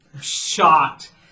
shocked